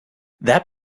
that